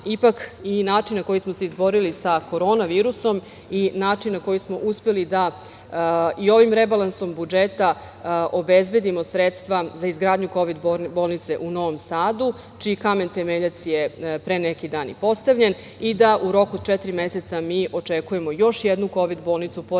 ipak i način na koji smo se izborili sa korona virusom i način na koji smo uspeli da i ovim rebalansom budžeta obezbedimo sredstva za izgradnju Kovid bolnice u Novom Sadu, čiji kamen temeljac je pre neki dan i postavljen i da u roku četiri meseca mi očekujemo još jednu Kovid bolnicu, pored